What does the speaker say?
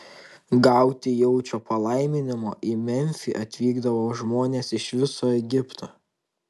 gauti jaučio palaiminimo į memfį atvykdavo žmonės iš viso egipto